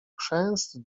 chrzęst